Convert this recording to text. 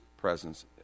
presence